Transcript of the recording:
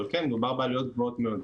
על כן מדובר בעלויות גבוהות מאוד.